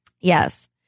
Yes